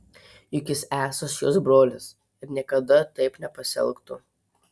juk jis esąs jos brolis ir niekada taip nepasielgtų